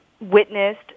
witnessed